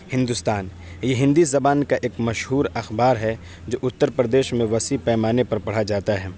ہندوستان یہ ہندی زبان کا ایک مشہور اخبار ہے جو اتّر پردیس میں وسیع پیمانے پر پڑھا جاتا ہے